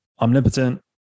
omnipotent